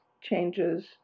changes